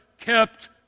kept